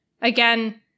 again